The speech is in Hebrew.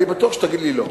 אני בטוח שתגיד לי לא.